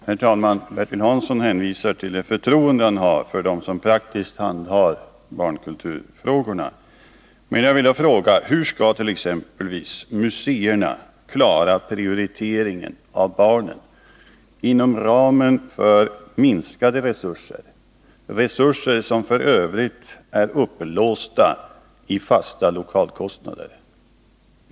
Herr talman! Bertil Hansson hänvisar till det förtroende han har för dem som praktiskt handhar barnkulturfrågorna. Jag vill då fråga: Hur skall t.ex. museerna klara prioriteringen av barnen inom ramen för minskade resurser, resurser som f.ö. är upplåsta i fasta lokalkostnader?